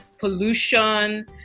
pollution